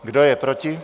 Kdo je proti?